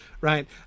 Right